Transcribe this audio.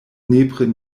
nepre